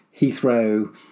Heathrow